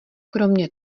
kromě